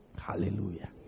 Hallelujah